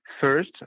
First